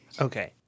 Okay